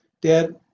dad